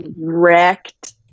wrecked